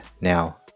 Now